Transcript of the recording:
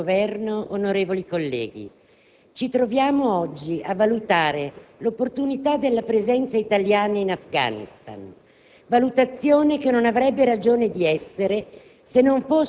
assieme al sostegno della coalizione di cui faccio parte, di lottare al fianco dei movimenti, a partire da quello di Vicenza, per determinare dei cambiamenti nella politica estera del Governo.